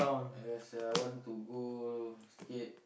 ya Sia I want to go skate